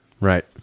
Right